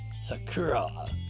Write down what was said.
Sakura